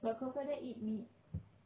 but crocodile eat meat